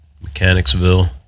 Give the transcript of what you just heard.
Mechanicsville